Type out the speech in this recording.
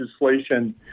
legislation